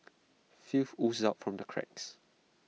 filth oozed out from the cracks